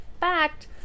fact